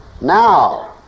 Now